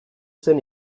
zen